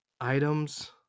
items